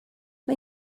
mae